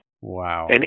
Wow